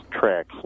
tracks